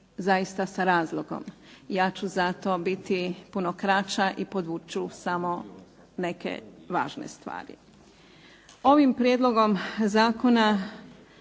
zaista sa razlogom. Ja ću zato biti puno kraća i podvući ću samo neke važne stvari. Ovim prijedlogom zakona